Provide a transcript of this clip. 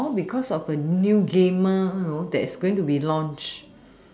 all because of a new game that's going to be launched